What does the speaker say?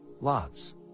Lots